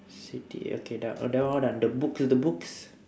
city okay done oh that one all done the book the books